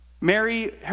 Mary